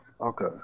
Okay